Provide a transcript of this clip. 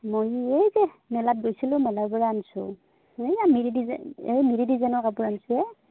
মই এই যে মেলাত গৈছিলোঁ মেলাৰ পৰা আনছোঁ এই মিৰি ডিজাইন এই মিৰি ডিজাইনৰ কাপোৰ আনিছোঁ এ